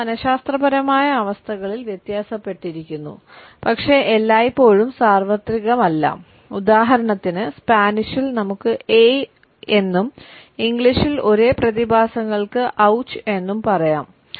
അവ മനശാസ്ത്രപരമായ അവസ്ഥകളിൽ വ്യത്യാസപ്പെട്ടിരിക്കുന്നു പക്ഷേ എല്ലായ്പ്പോഴും സാർവത്രികമല്ല ഉദാഹരണത്തിന് സ്പാനിഷിൽ നമുക്ക് 'ഏയ് എന്നും ഇംഗ്ലീഷിൽ ഒരേ പ്രതിഭാസങ്ങൾക്ക് ഔച്ച് എന്നും പറയാം